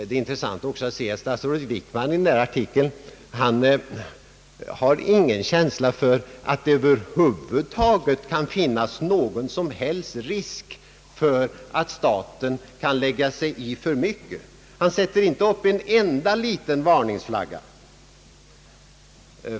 Det är intressant att se att statsrådet Wickman tydligen inte har någon känsla för att det över huvud taget kan finnas någon risk att staten skulle kunna lägga sig i för mycket. Han sätter inte upp en enda liten varningsflagga.